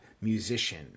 musician